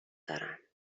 دارم